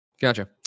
Gotcha